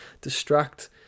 Distract